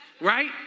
Right